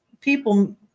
people